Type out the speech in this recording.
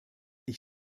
ich